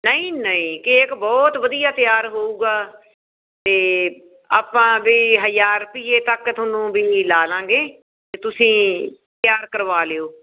ਨਹੀਂ ਨਹੀਂ ਕੇਕ ਬਹੁਤ ਵਧੀਆ ਤਿਆਰ ਹੋਊਗਾ ਅਤੇ ਆਪਾਂ ਵੀ ਹਜ਼ਾਰ ਰੁਪਏ ਤੱਕ ਤੁਹਾਨੂੰ ਵੀ ਲਾ ਲਵਾਂਗੇ ਅਤੇ ਤੁਸੀਂ ਤਿਆਰ ਕਰਵਾ ਲਿਓ